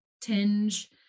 tinge